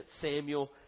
Samuel